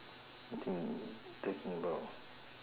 I think talking about